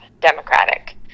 democratic